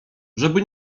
żeby